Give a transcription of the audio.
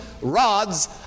rods